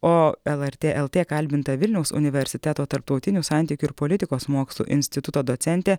o lrt lt kalbinta vilniaus universiteto tarptautinių santykių ir politikos mokslų instituto docentė